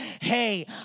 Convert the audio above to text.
hey